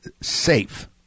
safe